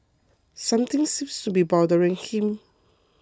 something seems to be bothering him